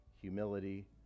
Humility